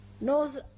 knows